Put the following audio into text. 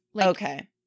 Okay